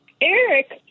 eric